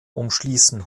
umschließen